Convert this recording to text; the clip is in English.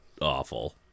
awful